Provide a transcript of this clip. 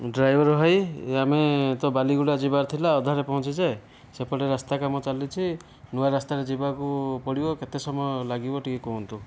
driver ଭାଇ ଆମେ ତ ବାଲିଗୁଡ଼ା ଯିବାର ଥିଲା ଅଧାରେ ପହଞ୍ଚିଛେ ସେପଟେ ରାସ୍ତା କାମ ଚାଲିଛି ନୂଆ ରାସ୍ତାରେ ଯିବାକୁ ପଡ଼ିବ କେତେ ସମୟ ଲାଗିବ ଟିକେ କୁହନ୍ତୁ